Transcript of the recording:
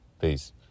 Peace